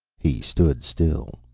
he stood still,